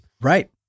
Right